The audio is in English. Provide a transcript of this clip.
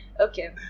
Okay